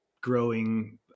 growing